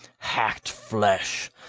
hacked flesh,